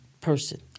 person